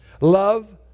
Love